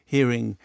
hearing